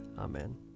Amen